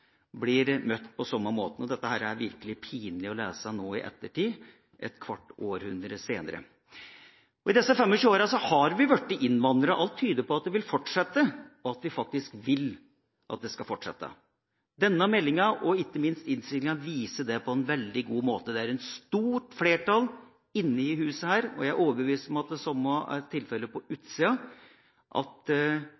blir møtt på samme måten. Dette er virkelig pinlig å lese nå i ettertid, et kvart århundre senere. I disse 25 årene har vi hatt innvandring. Alt tyder på at det vil fortsette, og at vi faktisk vil at det skal fortsette. Denne meldinga, og ikke minst innstillinga, viser det på en veldig god måte. Det er et stort flertall i dette huset, og jeg er overbevist om at det er det samme på